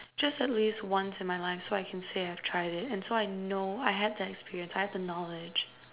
just at least once in my life so I can say I've tried it and so I know I have the experience I have the knowledge